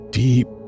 deep